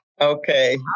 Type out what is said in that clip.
Okay